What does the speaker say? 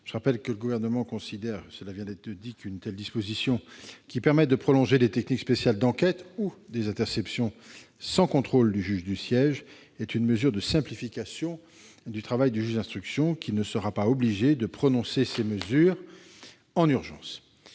Je rappelle que le Gouvernement considère qu'une telle disposition, qui permet de prolonger des techniques spéciales d'enquête ou des interceptions sans contrôle du juge du siège, est une mesure de simplification du travail du juge d'instruction, qui ne sera pas obligé de prononcer ces mesures en urgence.